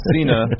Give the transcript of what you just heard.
Cena